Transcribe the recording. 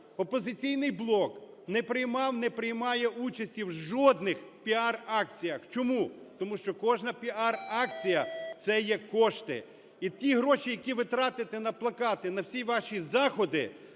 "Опозиційний блок" не приймав, не приймає участі в жодних піар-акціях. Чому? Тому що кожна піар-акція - це є кошти, і ті гроші, які ви тратите на плакати, на всі ваші заходи,